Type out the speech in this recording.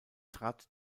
trat